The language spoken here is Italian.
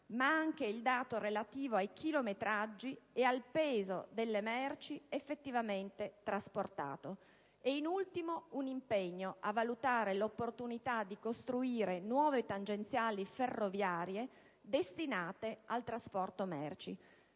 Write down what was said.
sia quello relativo al chilometraggio e al peso delle merci effettivamente trasportate; in ultimo, l'impegno a valutare l'opportunità di costruire nuove tangenziali ferroviarie destinate al trasporto merci.